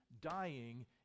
dying